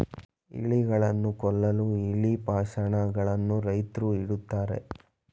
ಇಲಿಗಳನ್ನು ಕೊಲ್ಲಲು ಇಲಿ ಪಾಷಾಣ ಗಳನ್ನು ರೈತ್ರು ಇಡುತ್ತಾರೆ